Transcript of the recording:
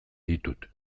ditut